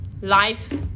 life